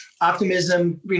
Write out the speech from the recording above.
optimism